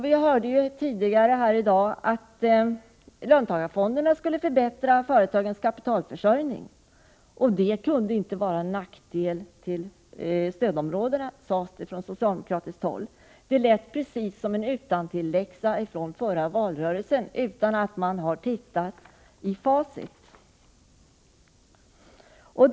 Vi hörde tidigare i dag att löntagarfonderna skulle förbättra företagens kapitalförsörjning. Det skulle inte vara till någon nackdel för stödområdena, sades det från socialdemokratiskt håll. Det lät precis som en utantilläxa från förra valrörelsen utan att man har tittat i facit.